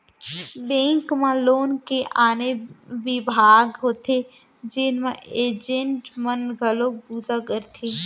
bank म loan के आने बिभाग होथे जेन म एजेंट मन घलोक बूता करथे